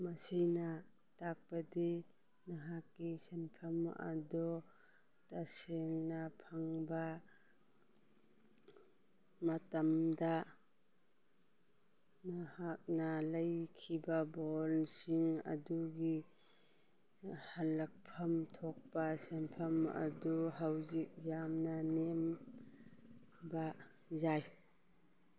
ꯃꯁꯤꯅ ꯇꯥꯛꯄꯗꯤ ꯅꯍꯥꯛꯀꯤ ꯁꯦꯟꯐꯝ ꯑꯗꯨ ꯇꯁꯦꯡꯅ ꯐꯪꯕ ꯃꯇꯝꯗ ꯅꯍꯥꯛꯅ ꯂꯩꯈꯤꯕ ꯕꯣꯟꯁꯤꯡ ꯑꯗꯨꯒꯤ ꯍꯜꯂꯛꯐꯝ ꯊꯣꯛꯄ ꯁꯦꯟꯐꯝ ꯑꯗꯨ ꯍꯧꯖꯤꯛ ꯌꯥꯝꯅ ꯅꯦꯝꯕ ꯌꯥꯏ